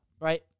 right